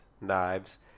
knives